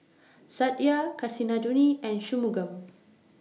Satya Kasinadhuni and Shunmugam